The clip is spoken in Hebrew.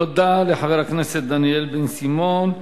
תודה לחבר הכנסת דניאל בן-סימון.